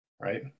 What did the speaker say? Right